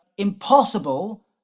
impossible